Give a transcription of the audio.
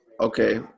Okay